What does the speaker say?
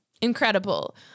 Incredible